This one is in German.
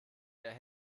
ihr